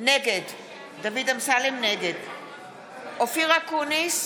נגד אופיר אקוניס,